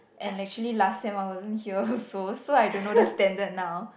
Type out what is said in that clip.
and actually last sem I wasn't here also so I don't know the standard now